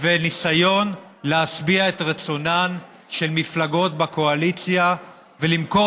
וניסיון להשביע את רצונן של מפלגות בקואליציה ולמכור